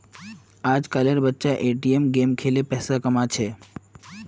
आजकल एर बच्चा ए.टी.एम गेम खेलें पैसा कमा छे